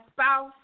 spouse